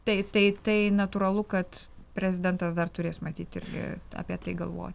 tai tai tai natūralu kad prezidentas dar turės matyt irgi apie tai galvo